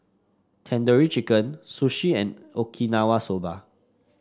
Tandoori Chicken Sushi and Okinawa Soba